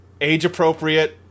age-appropriate